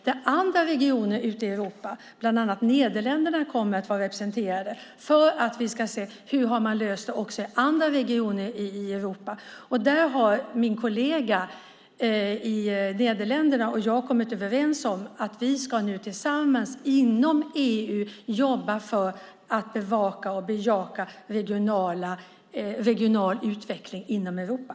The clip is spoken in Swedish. Där kommer andra regioner ute i Europa, bland andra Nederländerna, att vara representerade för att vi ska se hur man har löst detta på andra ställen. Min kollega i Nederländerna och jag har kommit överens om att vi tillsammans inom EU ska jobba för att bevaka och bejaka regional utveckling inom Europa.